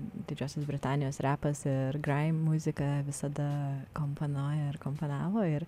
didžiosios britanijos repas ir graim muzika visada komponuoja kompanavo ir